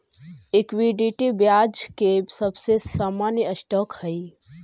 equity ब्याज के सबसे सामान्य स्टॉक हई